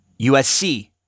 USC